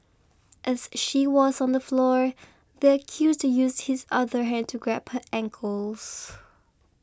as she was on the floor the accused used his other hand to grab her ankles